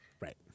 Right